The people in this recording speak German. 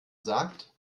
sagt